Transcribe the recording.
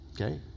Okay